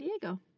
Diego